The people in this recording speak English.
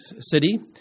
city